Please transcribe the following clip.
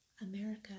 America